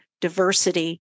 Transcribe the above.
diversity